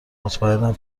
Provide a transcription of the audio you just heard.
مطمئنم